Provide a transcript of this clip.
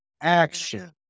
action